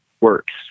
works